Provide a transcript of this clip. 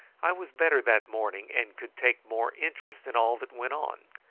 i was better that morning, and could take more interest in all that went on.